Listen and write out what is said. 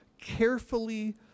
carefully